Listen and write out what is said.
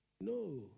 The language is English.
No